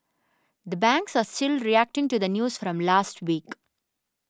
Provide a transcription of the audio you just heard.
the banks are still reacting to the news from last week